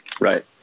Right